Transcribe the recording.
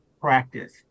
practice